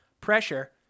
pressure